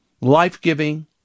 life-giving